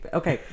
okay